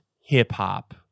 hip-hop